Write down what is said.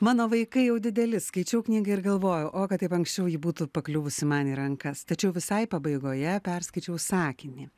mano vaikai jau dideli skaičiau knygą ir galvojau o kad taip anksčiau ji būtų pakliuvusi man į rankas tačiau visai pabaigoje perskaičiau sakinį